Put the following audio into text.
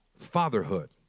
fatherhood